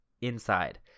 inside